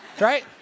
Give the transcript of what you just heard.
right